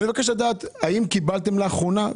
אני מבקש לדעת האם קיבלתם לאחרונה,